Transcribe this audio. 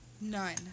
None